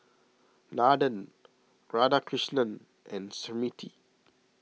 Nathan Radhakrishnan and Smriti